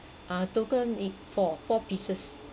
ah total need four four pieces